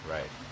Right